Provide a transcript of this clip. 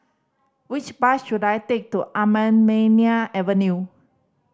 which bus should I take to Anamalai Avenue